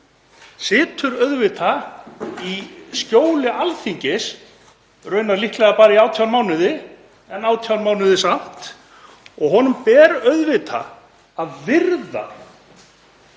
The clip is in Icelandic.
situr auðvitað í skjóli Alþingis, raunar líklega bara í 18 mánuði en 18 mánuði samt, og honum ber auðvitað að virða